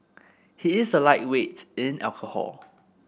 he is a lightweight in alcohol